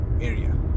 area